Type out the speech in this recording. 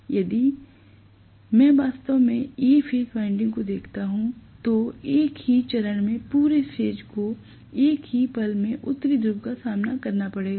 इसलिए यदि मैं वास्तव में A फेज़ वाइंडिंग को देखता हूं तो एक ही चरण में पूरे फेज को एक ही पल में उत्तरी ध्रुव का सामना करना पड़ेगा